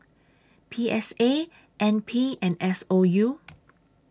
P S A N P and S O U